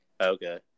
okay